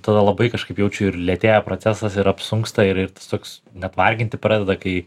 tada labai kažkaip jaučiu ir lėtėja procesas ir apsunksta ir ir tas toks net varginti pradeda kai